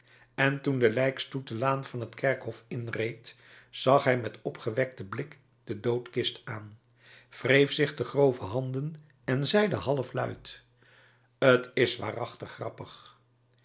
en toen de lijkstoet de laan van het kerkhof inreed zag hij met opgewekten blik de doodkist aan wreef zich de grove handen en zeide halfluid t is waarachtig grappig